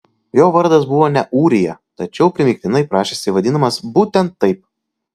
jo vardas buvo ne ūrija tačiau primygtinai prašėsi vadinamas būtent taip